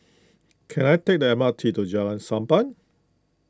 can I take the M R T to Jalan Sappan